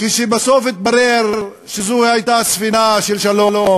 כשבסוף התברר שזו הייתה ספינה של שלום,